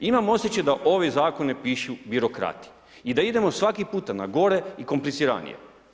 Imam osjećaj da ove zakone pišu birokrati i da idemo svaki puta na gore i kompliciranije.